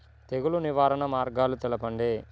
తెగులు నివారణ మార్గాలు తెలపండి?